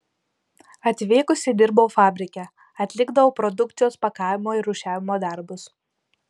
atvykusi dirbau fabrike atlikdavau produkcijos pakavimo ir rūšiavimo darbus